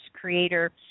creator